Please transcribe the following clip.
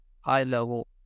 high-level